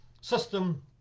system